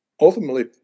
ultimately